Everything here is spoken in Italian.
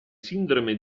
sindrome